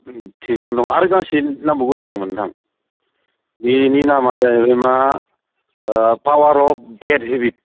थिगानो दङ आरो गांसे नांबावगोन आरो नोंथां बेनि नामआ जाहैबाय मा पावार अफ बेड हेबिट